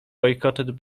boycotted